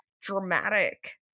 dramatic